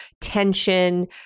tension